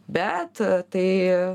bet tai